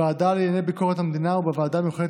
בוועדה לענייני ביקורת המדינה ובוועדה המיוחדת